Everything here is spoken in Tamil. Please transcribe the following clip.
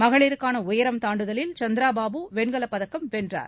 மகளிருக்கான உயரம் தாண்டுதலில் சந்திரா பாபு வெண்கலப் பதக்கம் வென்றார்